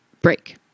break